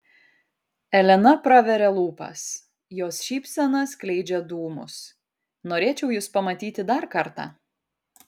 elena praveria lūpas jos šypsena skleidžia dūmus norėčiau jus pamatyti dar kartą